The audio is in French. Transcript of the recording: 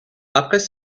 après